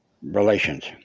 Relations